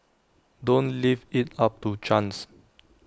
don't leave IT up to chance